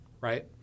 right